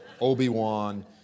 Obi-Wan